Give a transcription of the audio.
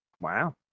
wow